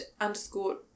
underscore